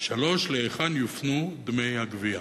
3. להיכן יופנו דמי הגבייה?